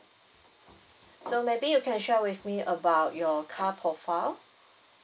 so maybe you can share with me about your car profile